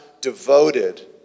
Devoted